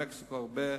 ממקסיקו הרבה,